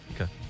Okay